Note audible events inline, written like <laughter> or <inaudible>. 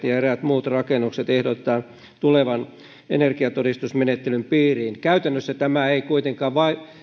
<unintelligible> ja eräiden muiden rakennusten ehdotetaan tulevan energiatodistusmenettelyn piiriin käytännössä tämä ei kuitenkaan